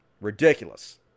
Ridiculous